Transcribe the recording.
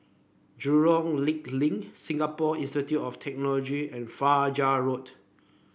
Jurong Lake Link Singapore Institute of Technology and Fajar Road